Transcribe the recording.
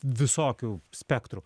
visokių spektrų